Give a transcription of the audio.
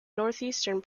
northeastern